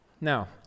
Now